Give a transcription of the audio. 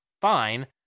fine